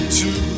two